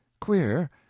queer